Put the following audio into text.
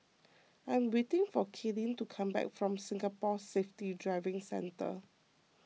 I am waiting for Kaylyn to come back from Singapore Safety Driving Centre